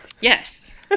Yes